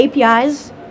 APIs